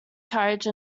courage